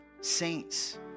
saints